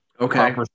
Okay